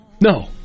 No